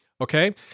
Okay